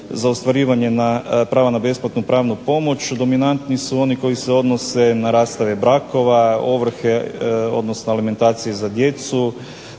za ostvarivanje prava na besplatnu pravnu pomoć dominantni su oni koji se odnose na rastave brakova, ovrhe odnosno alimentacije za djecu,